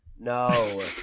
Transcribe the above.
No